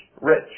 rich